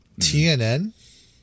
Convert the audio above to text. TNN